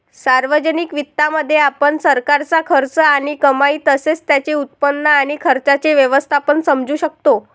सार्वजनिक वित्तामध्ये, आपण सरकारचा खर्च आणि कमाई तसेच त्याचे उत्पन्न आणि खर्चाचे व्यवस्थापन समजू शकतो